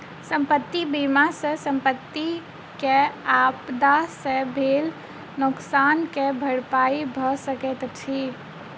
संपत्ति बीमा सॅ संपत्ति के आपदा से भेल नोकसान के भरपाई भअ सकैत अछि